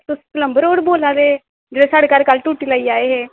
तुस प्लम्बर होर बोल्ला दे ते साढ़े घर तुस कल्ल टुट्टी लाई आए हे